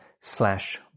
slash